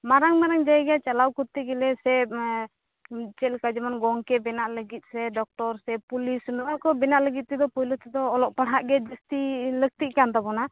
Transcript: ᱢᱟᱨᱟᱝ ᱢᱟᱨᱟᱝ ᱡᱟᱭᱜᱟ ᱪᱟᱞᱟᱣ ᱠᱚᱨᱛᱮ ᱜᱮᱞᱮ ᱥᱮ ᱪᱮᱫᱞᱮᱠᱟ ᱡᱮᱢᱚᱱ ᱜᱚᱝᱠᱮ ᱵᱮᱱᱟᱜ ᱞᱟ ᱜᱤᱫᱽ ᱥᱮ ᱰᱚᱠᱴᱚᱨ ᱥᱮ ᱯᱩᱞᱤᱥ ᱱᱚᱶᱟ ᱠᱚ ᱵᱮᱱᱟᱜ ᱞᱟ ᱜᱤᱫᱽ ᱛᱮᱫᱚ ᱯᱳᱭᱞᱳ ᱛᱮᱫᱚ ᱚᱞᱚᱜ ᱯᱟᱲᱦᱟᱜ ᱜᱮ ᱡᱟ ᱥᱛᱤ ᱞᱟ ᱠᱛᱤᱜ ᱠᱟᱱ ᱛᱟᱵᱚᱱᱟ